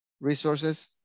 resources